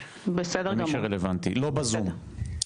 לא בזום.